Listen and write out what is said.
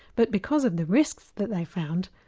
but because of the risks that they found,